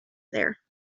there